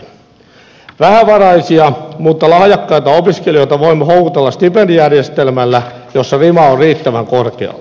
vähävaraisia mutta lahjakkaita opiskelijoita voimme houkutella stipendijärjestelmällä jossa rima on riittävän korkealla